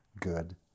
good